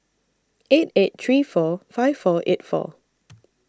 eight eight three four five four eight four